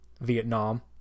Vietnam